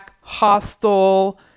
hostel